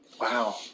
Wow